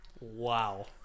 Wow